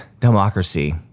democracy